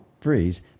freeze